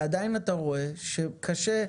ועדיין אתה רואה שקשה.